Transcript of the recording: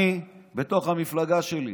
אני, בתוך המפלגה שלי,